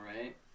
right